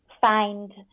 find